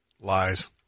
Lies